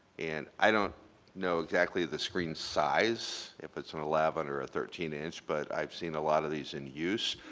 and i don't know exactly the screen size, if it's an eleven or a thirteen inch, but i've seen a lot of these in use.